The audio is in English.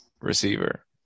receiver